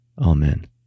Amen